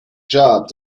job